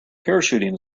parachuting